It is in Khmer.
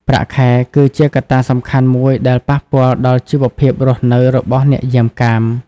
ប្រាក់ខែគឺជាកត្តាសំខាន់មួយដែលប៉ះពាល់ដល់ជីវភាពរស់នៅរបស់អ្នកយាមកាម។